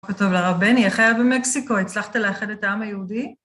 בוקר טוב לרב בני, איך היה במקסיקו? הצלחת לאחד את העם היהודי?